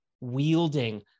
wielding